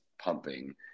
pumping